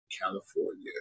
California